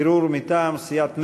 ערעור מטעם סיעת מרצ.